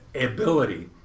ability